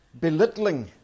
belittling